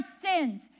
sins